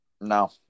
No